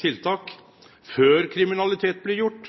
tiltak før kriminalitet blir gjord,